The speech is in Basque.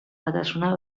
batasuna